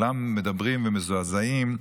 שכולם מדברים ומזועזעים,